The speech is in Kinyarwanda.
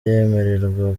yemererwa